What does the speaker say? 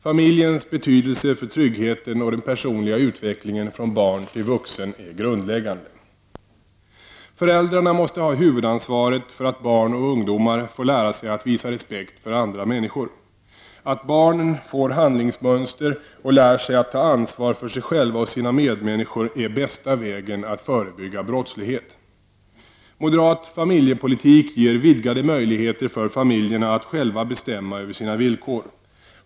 Familjens betydelse för tryggheten och den personliga utvecklingen från barn till vuxen är grundläggande. Föräldrarna måste ha huvudansvaret för att barn och ungdomar får lära sig att visa respekt för andra människor. Att barnen får handlingsmönster och lär sig att ta ansvar för sig själva och sina medmänniskor är bästa vägen att förebygga brottslighet. Moderat familjepolitik ger vidgade möjligheter för familjerna att själva bestämma över sina villkor.